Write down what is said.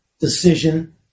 decision